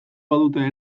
badute